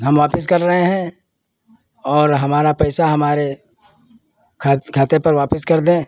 हम वापस कर रहे हैं और हमारा पैसा हमारे खाते पर वापस कर दें